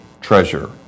treasure